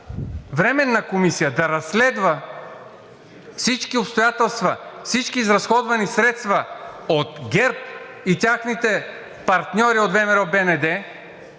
Временна комисия да разследва всички обстоятелства, всички изразходвани средства от ГЕРБ и техните партньори от ВМРО-БНД,